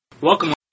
Welcome